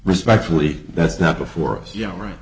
respectfully that's not before us yeah right